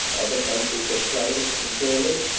other countries had flourished and fallen,